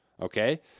Okay